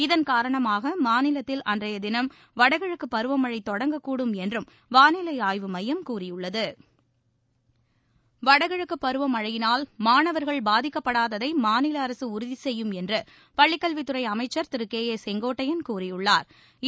இதன் காரணமாகமாநிலத்தில் அன்றையதினம் வடகிழக்குபருவமழைதொடங்கக்கூடும் என்றும் வானிலைஆய்வு மையம் கூறியுள்ளது வடகிழக்குபருவமழையினால் மாணவர்கள் பாதிக்கப்படாததைமாநிலஅரசஉறுதிசெய்யும் என்றுபள்ளிக் கல்வித்துறைஅமைச்சா் திருகே ஏ செங்கோட்டையன் கூறியுள்ளாா்